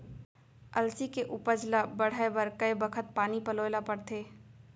अलसी के उपज ला बढ़ए बर कय बखत पानी पलोय ल पड़थे?